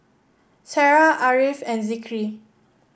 Sarah Ariff and Zikri